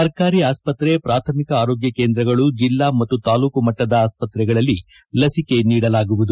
ಸರ್ಕಾರಿ ಆಸ್ಪತ್ರೆ ಪಾಥಮಿಕ ಆರೋಗ್ಯ ಕೇಂದ್ರಗಳು ಜಿಲ್ಲಾ ಮತ್ತು ತಾಲೂಕು ಮಟ್ಟದ ಆಸ್ಪತ್ರೆಗಳಲ್ಲಿ ಲಸಿಕೆ ನೀಡಲಾಗುವುದು